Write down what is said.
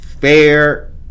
Fair